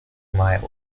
mileage